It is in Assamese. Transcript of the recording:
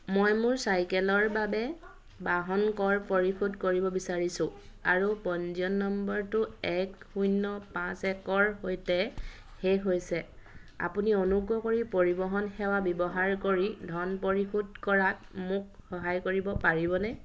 মই মোৰ চাইকেলৰ বাবে বাহন কৰ পৰিশোধ কৰিব বিচাৰিছোঁ আৰু পঞ্জীয়ন নম্বৰটো এক শূন্য পাঁচ একৰ সৈতে শেষ হৈছে আপুনি অনুগ্ৰহ কৰি পৰিৱহণ সেৱা ব্যৱহাৰ কৰি ধন পৰিশোধ কৰাত মোক সহায় কৰিব পাৰিবনে